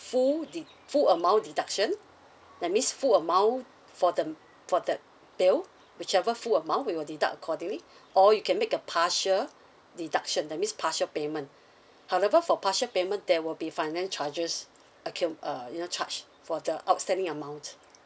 full de~ full amount deduction that means full amount for the for that bill whichever full amount we will deduct accordingly or you can make a partial deduction that means partial payment however for partial payment there will be finance charges accum~ uh you know charge for the outstanding amount